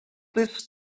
this